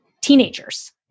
teenagers